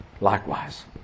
likewise